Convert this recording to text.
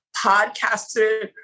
podcaster